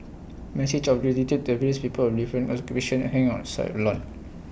messages of gratitude to various people different occupations hang on side of lawn